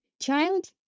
child